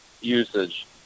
usage